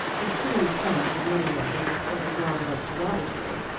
the crude fact of money-making was still regarded as derogatory,